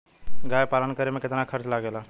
गाय पालन करे में कितना खर्चा लगेला?